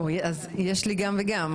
יש לי גם וגם,